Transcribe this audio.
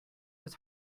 was